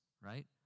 right